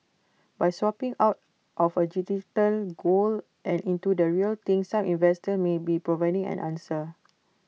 by swapping out of A digital gold and into the real thing some investors may be providing an answer